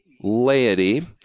laity